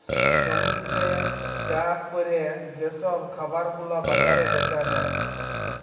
জমিতে চাষ ক্যরে যে সব খাবার গুলা বাজারে বেচা যায়